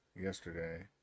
yesterday